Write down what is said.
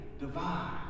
divine